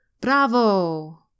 Bravo